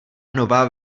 nová